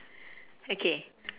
okay